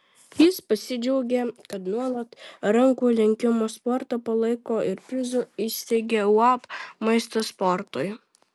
jis pasidžiaugė kad nuolat rankų lenkimo sportą palaiko ir prizų įsteigia uab maistas sportui